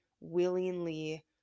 willingly